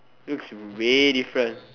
looks way different